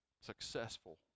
successful